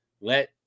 Let